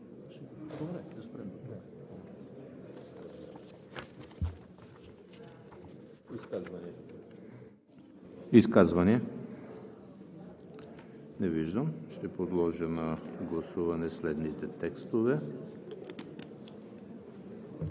Изказвания? Не виждам. Ще подложа на гласуване следните текстове: